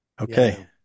Okay